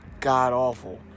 god-awful